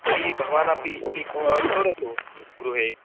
तर्हि भवानपि एकवारं करोतु गृहे